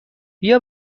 بیا